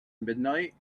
midnight